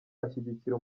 ashyigikira